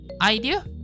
idea